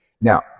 Now